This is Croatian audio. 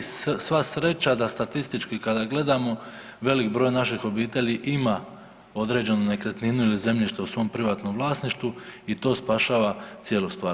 Sva sreća da statistički kada gledamo velik broj naših obitelji ima određenu nekretninu ili zemljište u svom privatnom vlasništvu i to spašava cijelu stvar.